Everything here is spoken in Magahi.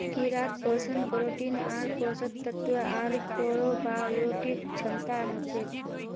कीड़ात पोषण प्रोटीन आर पोषक तत्व आर प्रोबायोटिक क्षमता हछेक